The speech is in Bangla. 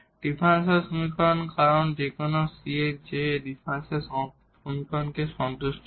ডিফারেনশিয়াল সমীকরণ কারণ যে কোনও সি যে ডিফারেনশিয়াল সমীকরণকে সন্তুষ্ট করে